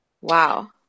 Wow